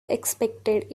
expected